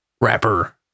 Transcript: rapper